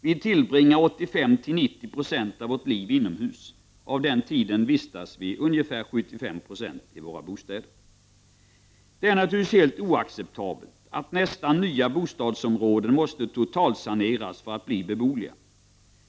Vi tillbringar 85-90 26 av vårt liv inomhus, och 75 Io av den tiden vistas vi i våra bostäder. Det är naturligtvis helt oacceptabelt att nästan nya bostadsområden måste totalsaneras för att bli beboeliga.